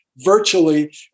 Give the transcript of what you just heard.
virtually